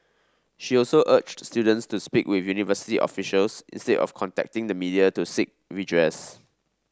she also urged students to speak with university officials instead of contacting the media to seek redress